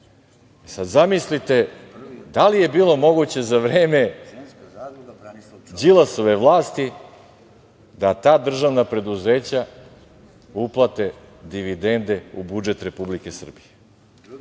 „Srbijagas“.Zamislite da li je bilo moguće za vreme Đilasove vlasti da ta državna preduzeća uplate dividende u budžet Republike Srbije.